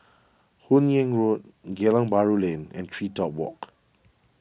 Hun Yeang Road Geylang Bahru Lane and TreeTop Walk